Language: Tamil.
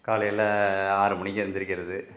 காலையில் ஆறு மணிக்கு எழுந்திரிக்கிறது